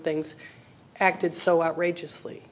things acted so outrageously